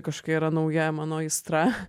kažkokia yra nauja mano aistra